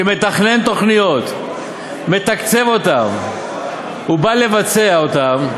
שמתכנן תוכניות, מתקצב אותן ובא לבצע אותן,